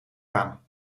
aan